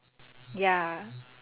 mm ya ya ya